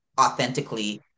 authentically